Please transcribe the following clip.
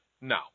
No